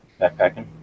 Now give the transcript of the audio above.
backpacking